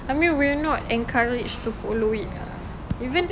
I mean we're not encouraged to follow it even